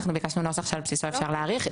אנחנו ביקשנו נוסח שעל בסיסו אפשר להעריך.